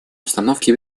обстановки